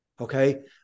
Okay